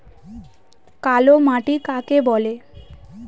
কালো মাটি কাকে বলে?